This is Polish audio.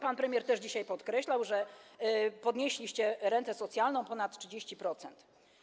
Pan premier też dzisiaj podkreślał, że podnieśliście wysokość renty socjalnej o ponad 30%.